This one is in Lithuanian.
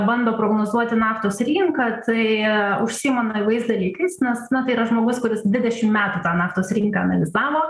bando prognozuoti naftos rinką tai užsiima naiviais dalykais nes na tai yra žmogus kuris dvidešim metų tą naftos rinką analizavo